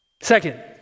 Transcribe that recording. Second